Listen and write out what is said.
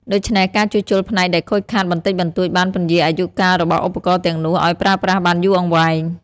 ដូច្នេះ ការជួសជុលផ្នែកដែលខូចខាតបន្តិចបន្តួចបានពន្យារអាយុកាលរបស់ឧបករណ៍ទាំងនោះឲ្យប្រើប្រាស់បានយូរអង្វែង។